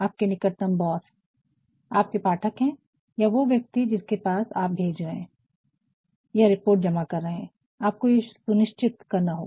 आपके निकटम बॉस आपके पाठक हैं या वो व्यक्ति जिसको आप पत्र भेज रहे हैं या रिपोर्ट जमा कर रहे हैं आपको ये भी सुनिश्चित करना होगा